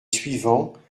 suivants